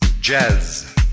Jazz